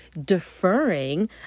deferring